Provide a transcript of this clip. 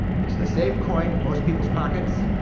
it's the same coin in most people's pockets.